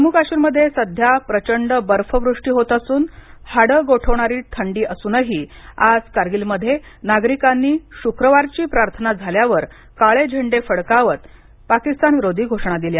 जम्मू काश्मीरमध्ये सध्या प्रचंड बर्फवृष्टी होत असून हाडं गोठवणारी थंडी असूनही आज कारगिलमध्ये नागरिकांनी शुक्रवारची प्रार्थना झाल्यावर काळे झेंडे फडकावत पाकिस्तानविरोधी घोषणा दिल्या